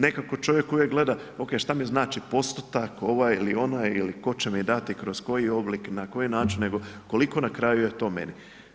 Nekako čovjek uvijek gleda, ok, šta mi znači postotak ovaj ili onaj ili tko će mi dati, kroz koji oblik, na koji način, nego koliko na kraju je to meni.